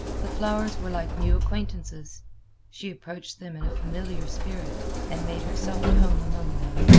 the flowers were like new acquaintances she approached them in a familiar spirit, and made herself at home among them.